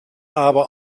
aber